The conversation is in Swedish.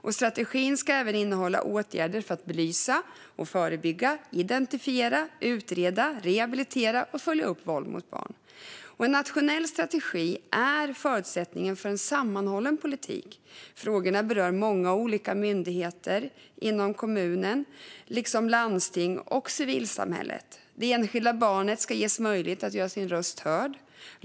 Strategin ska även innehålla åtgärder för att belysa och förebygga, identifiera, utreda, rehabilitera och följa upp våld mot barn. En nationell strategi är förutsättningen för en sammanhållen politik. Frågorna berör många olika myndigheter liksom kommuner, landsting och civilsamhället. Det enskilda barnet ska ges möjlighet att göra sin röst hörd.